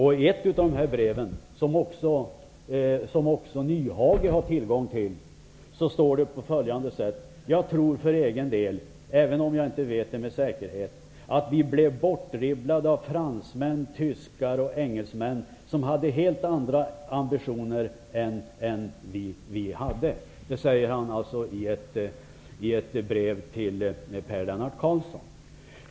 I ett av de breven, som också Nyhage har tillgång till, står det: ''Jag tror för egen del, även om jag inte vet det med säkerhet, att vi blev bortdribblade av fransmän, tyskar och engelsmän som hade helt andra ambitioner än vi hade.'' Det säger han i ett brev till Per Lennart Karlsson.